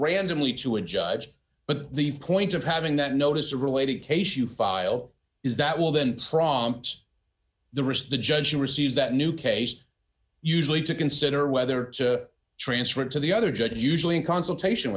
randomly to a judge but the point of having that notice or related case you file is that will then prompts the risk of the judge who receives that new case usually to consider whether to transfer it to the other judge usually in consultation